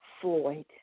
floyd